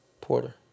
Porter